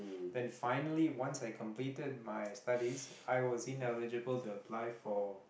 then finally once I completed my studies I was ineligible to apply for